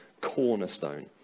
cornerstone